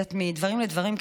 קצת מדברים לדברים,